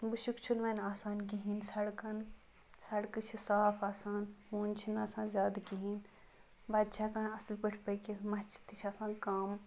مشک چھُنہٕ وۄنۍ آسان کِہیٖنۍ سَڑکَن سَڑکہٕ چھِ صاف آسان ہوٗنۍ چھِنہٕ آسان زیادٕ کِہیٖنۍ بَچہِ چھِ ہیٚکان اصل پٲٹھۍ پٔکِتھ مَچھِ تہِ چھ آسان کم